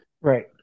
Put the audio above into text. right